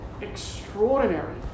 extraordinary